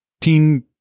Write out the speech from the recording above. teen